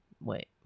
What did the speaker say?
Wait